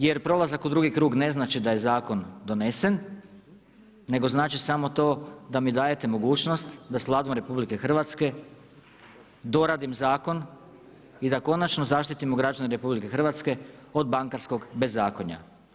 Jer prolazak u drugi krug ne znači da je zakon donesen, nego znači samo to da mi dajemo mogućnost da s Vladom RH, doraslim zakon i da konačno zaštitimo građane RH od bankarskog bezakonja.